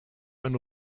ein